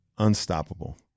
Unstoppable